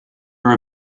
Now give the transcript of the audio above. are